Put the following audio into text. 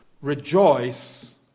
rejoice